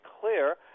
clear